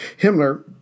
Himmler